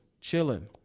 chilling